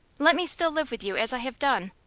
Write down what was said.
let me still live with you as i have done.